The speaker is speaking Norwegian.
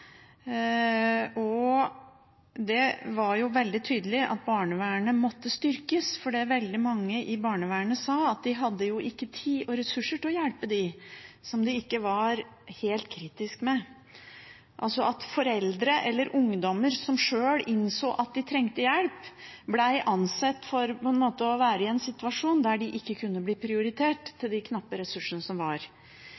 og det var veldig tydelig at barnevernet måtte styrkes. Det veldig mange i barnevernet sa, var at de ikke hadde tid og ressurser til å hjelpe dem som det ikke var helt kritisk for. Foreldre eller ungdom som sjøl innså at de trengte hjelp, ble ansett for å være i en situasjon der de ikke kunne bli prioritert